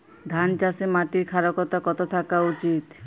ধান চাষে মাটির ক্ষারকতা কত থাকা উচিৎ?